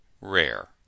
rare